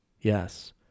Yes